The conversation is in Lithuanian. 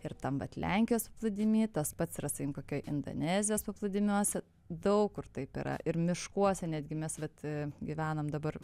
ir tam vat lenkijos paplūdimy tas pats yra sakykim kokioj indonezijos paplūdimiuose daug kur taip yra ir miškuose netgi mes vat gyvenam dabar